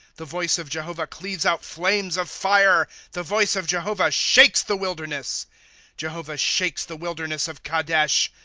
the voice of jehovah cleaves out flames of fire. the voice of jehovah shakes the wilderness jehovah shakes the wilderness of kadesh.